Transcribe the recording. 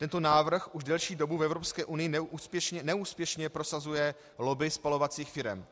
Tento návrh už delší dobu v Evropské unii neúspěšně prosazuje lobby spalovacích firem.